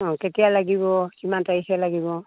অঁ কেতিয়া লাগিব কিমান তাৰিখে লাগিব